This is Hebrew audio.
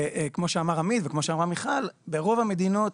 וכמו שאמר עמית וכמו שאמרה מיכל, ברוב המדינות,